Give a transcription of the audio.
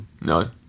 No